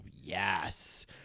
yes